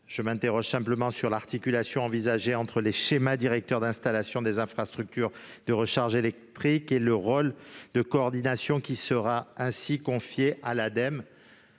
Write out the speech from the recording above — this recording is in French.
Je m'interroge simplement sur l'articulation envisagée entre les schémas directeurs d'installation des infrastructures de recharge électrique et le rôle de coordination qui serait ainsi confié à l'Ademe.